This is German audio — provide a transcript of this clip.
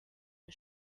der